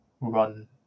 run